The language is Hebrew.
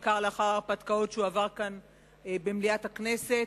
בעיקר לאחר ההרפתקאות שהוא עבר כאן במליאת הכנסת,